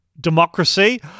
Democracy